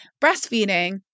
breastfeeding